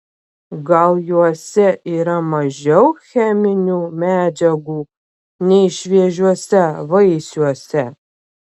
gal juose yra mažiau cheminių medžiagų nei šviežiuose vaisiuose